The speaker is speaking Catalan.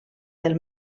del